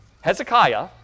Hezekiah